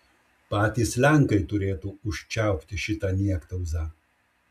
patys lenkai turėtų užčiaupti šitą niektauzą